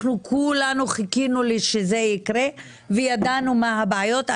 אנחנו כולנו חיכינו שזה יקרה וידענו מה הבעיות.